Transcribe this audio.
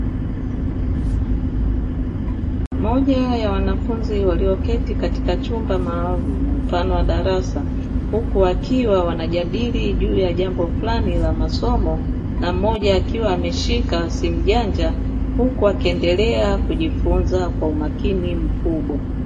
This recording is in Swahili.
Moja ya wanafunzi walioketi katika chumba maalumu mfano wa darasa, huku wakiwa wanajadili juu ya jambo fulani la masomo na mmoja akiwa ameshika simu janja huku akiendelea kujifunza kwa umakini mkubwa.